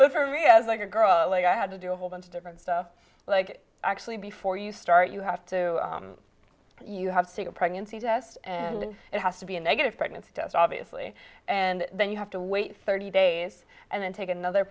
of like a girl like i had to do a whole bunch of different stuff like actually before you start you have to you have to take a pregnancy test and it has to be a negative pregnancy test obviously and then you have to wait thirty days and then take another